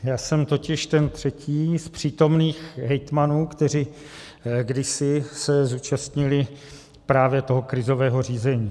Já jsem totiž ten třetí z přítomných hejtmanů, kteří se kdysi zúčastnili právě toho krizového řízení.